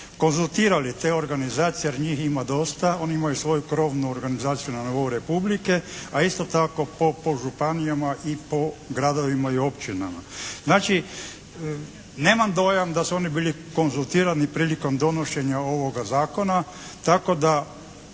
konzultirali te organizacije jer njih ima dosta, oni imaju svoju krovnu organizaciju na nivou republike a isto tako po županijama i po gradovima i općinama. Znači, nemam dojam da su oni bili konzultirani prilikom donošenja ovoga zakona tako da